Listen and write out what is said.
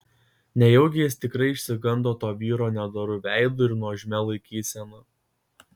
nejaugi jis tikrai išsigando to vyro nedoru veidu ir nuožmia laikysena